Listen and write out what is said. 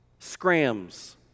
scrams